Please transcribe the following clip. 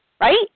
right